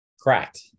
Correct